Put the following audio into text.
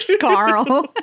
Carl